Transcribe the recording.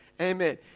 Amen